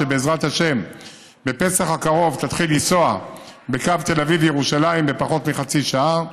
שבעזרת השם בפסח הקרוב תתחיל לנסוע בקו תל אביב-ירושלים בפחות מחצי שעה.